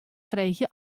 freegje